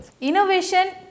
Innovation